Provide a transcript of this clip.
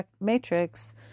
matrix